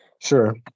Sure